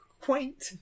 quaint